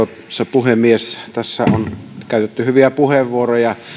puhemies tässä on käytetty hyviä puheenvuoroja